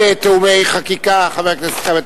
אתה מסכים לתיאומי חקיקה, חבר הכנסת כבל?